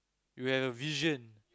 you have a vision